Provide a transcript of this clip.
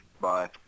bye